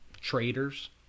traders